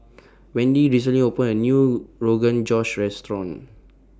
Wendy recently opened A New Rogan Josh Restaurant